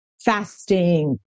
fasting